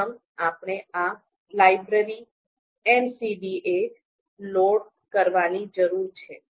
પ્રથમ આપણે આ લાઇબ્રેરી MCDA લોડ કરવાની જરૂર છે